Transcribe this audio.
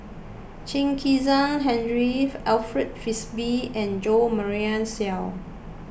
Chen Kezhan Henri Alfred Frisby and Jo Marion Seow